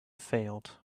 failed